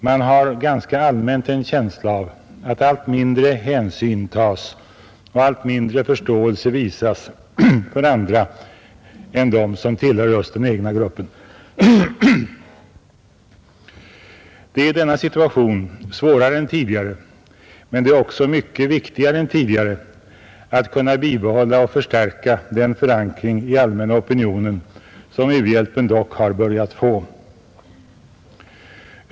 Man har ganska allmänt en känsla av att allt mindre hänsyn tas till och allt mindre förståelse visas för andra än dem som tillhör just den egna gruppen. Det är i denna situation svårare än tidigare, men det är också mycket viktigare än tidigare, att kunna bibehålla och förstärka den förankring i allmänna opinionen som u-hjälpen dock har börjat få.